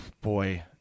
boy